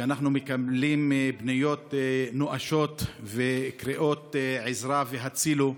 שאנחנו מקבלים מהם פניות נואשות וקריאות עזרה והצילו.